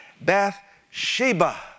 Bathsheba